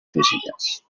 físiques